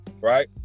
right